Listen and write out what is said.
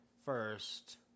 first